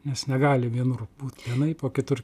nes negali vienur būt vienaip o kitur